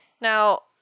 Now